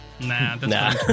nah